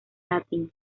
latín